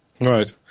Right